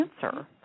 cancer